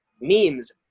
memes